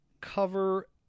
cover